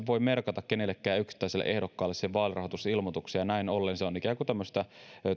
voi merkata kenellekään yksittäiselle ehdokkaalle siihen vaalirahoitusilmoitukseen ja näin ollen se on ikään kuin tämmöistä